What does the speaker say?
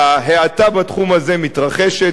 ההאטה בתחום הזה מתרחשת,